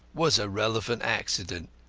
was a relevant accident.